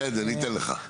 בסדר, ניתן לך.